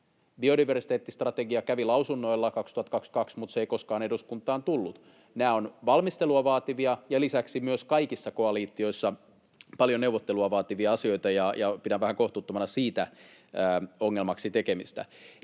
Biodiversiteettistrategia kävi lausunnoilla 2022, mutta se ei koskaan eduskuntaan tullut. Nämä ovat valmistelua ja lisäksi myös kaikissa koalitioissa paljon neuvottelua vaativia asioita, ja pidän vähän kohtuuttomana sen ongelmaksi tekemistä.